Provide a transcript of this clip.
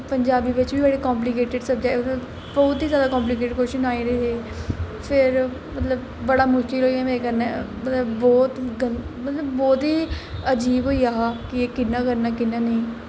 पंजाबी बिच्च बी बड़े कंपलिकेटिड़ बौह्त ही कंपलिकेटिड़ कव्शन आए दे हे फिर मतलब बड़ा मुश्किल होई गेआ में करना मतलब बौह्त ही अजीब होई गेआ हा कि कि'यां करना कि'यां नेईं